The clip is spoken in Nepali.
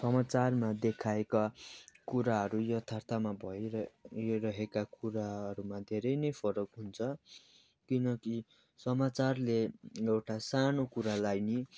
समाचारमा देखाएका कुराहरू यथार्थमा भइरहेका रहेका कुराहरूमा धेरै नै फरक हुन्छ किनकि समाचारले एउटा सानो कुरालाई नि